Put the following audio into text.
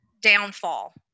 downfall